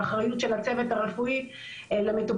באחריות של הצוות הרפואי למטופלים